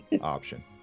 option